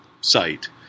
site